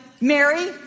Mary